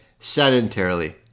sedentarily